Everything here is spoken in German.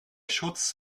schutz